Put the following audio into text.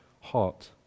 heart